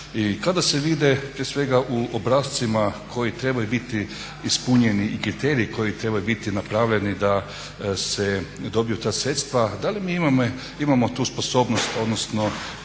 I kada se vide prije svega u obrascima koji trebaju biti ispunjeni i kriteriji koji trebaju biti napravljeni da se dobiju ta sredstava da li mi imamo tu sposobnost, odnosno